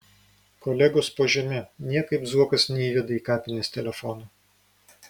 kolegos po žeme niekaip zuokas neįveda į kapines telefono